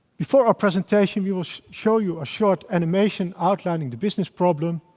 before our presentation, we will show you a short animation outlining the business problem,